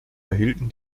erhielten